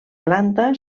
planta